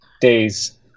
days